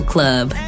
Club